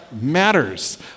matters